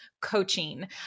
Coaching